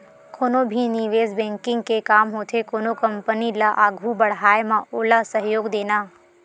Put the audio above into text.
कोनो भी निवेस बेंकिग के काम होथे कोनो कंपनी ल आघू बड़हाय म ओला सहयोग देना